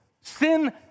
Sin